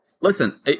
Listen